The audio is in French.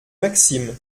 maxime